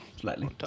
Slightly